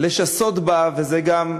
לשסות בה, וזה גם,